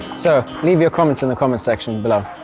so leave your comments in the comment-section below!